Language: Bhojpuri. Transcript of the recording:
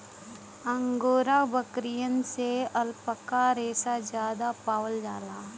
अंगोरा बकरियन से अल्पाका रेसा जादा पावल जाला